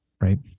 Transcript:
Right